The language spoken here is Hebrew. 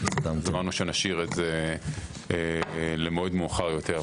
אמרנו שנשאיר את זה למועד מאוחר יותר.